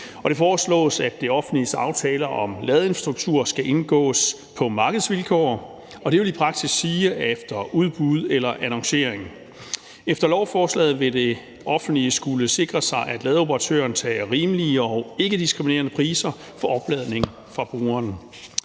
Det foreslås, at det offentliges aftaler om ladeinfrastruktur skal indgås på markedsvilkår, og det vil i praksis sige efter udbud eller annoncering. Efter lovforslaget vil det offentlige skulle sikre sig, at ladeoperatøren har rimelige og ikkediskriminerende priser for opladning for brugeren.